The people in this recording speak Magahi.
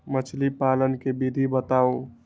मछली पालन के विधि बताऊँ?